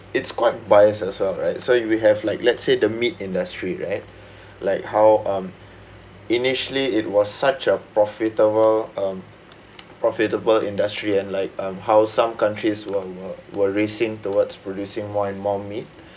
it's quite bias as well right so if you have like let's say the meat industry right like how um initially it was such a profitable um profitable industry and like um how some countries were were were racing towards producing more and more meat